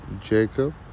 Jacob